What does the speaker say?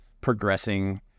progressing